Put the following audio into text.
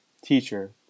Teacher